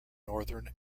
northern